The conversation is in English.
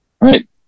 Right